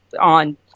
on